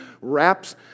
wraps